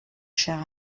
cher